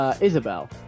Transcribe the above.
Isabel